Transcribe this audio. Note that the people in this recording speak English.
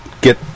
get